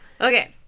Okay